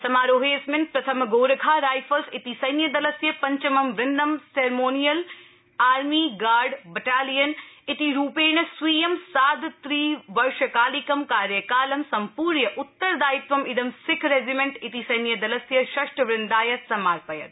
समारोहेऽस्मिन् प्रथम गोरखा राइफल्स् इति संख्यिलस्य पञ्चमं वृन्दं सेरमोनियल आर्मी गार्ड बटालियन इति रूपेण स्वीयं सार्थत्रिवर्षकालिकं कार्यकालं सम्पूर्य उत्तरदायित्वमिदं सिख रेजिमेण्ट इति संख्यिदलस्य षष्ठ वृन्दाय समार्पयत्